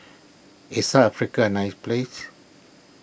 is South Africa a nice place